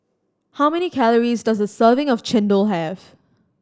how many calories does a serving of chendol have